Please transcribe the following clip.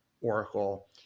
oracle